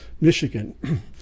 Michigan